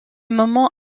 moment